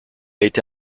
été